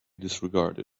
disregarded